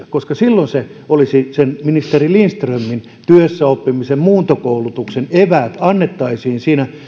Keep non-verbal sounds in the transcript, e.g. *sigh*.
*unintelligible* koska silloin niiden ministeri lindströmin työssäoppimisen ja muuntokoulutuksen eväät annettaisiin